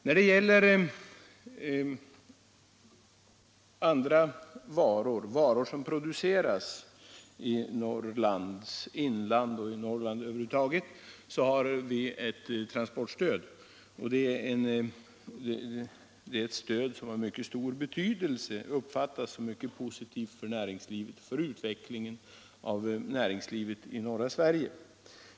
När det gäller de flesta varor som produceras i Norrlands inland och i Norrland över huvud taget har vi ett transportstöd. Det är ett stöd som har mycket stor betydelse och uppfattas som mycket positivt för utvecklingen av näringslivet i norra Sverige.